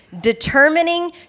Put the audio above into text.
Determining